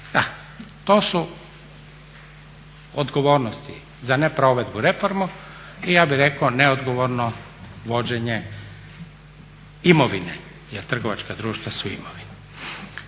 to su odgovornosti za neprovedbu reformi i ja bi rekao neodgovorno vođenje imovine jel trgovačka društva su imovine.